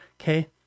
okay